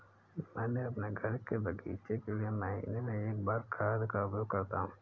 मैं अपने घर के बगीचे के लिए महीने में एक बार खाद का उपयोग करता हूँ